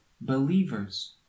believers